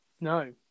No